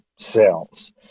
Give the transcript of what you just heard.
cells